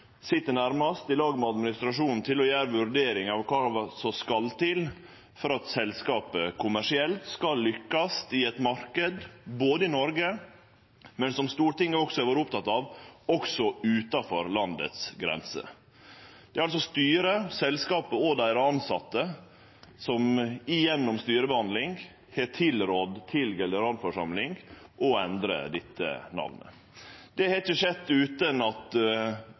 i lag med administrasjonen sit nærast til å gjere vurderingar av kva som skal til for at selskapet skal lykkast kommersielt i ein marknad både i Noreg og, som Stortinget også har vore oppteke av, utanfor landets grenser. Det er altså styret, selskapet og deira tilsette som igjennom styrebehandling har tilrådd generalforsamlinga å endre dette namnet. Det har ikkje skjedd utan at